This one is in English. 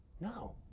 No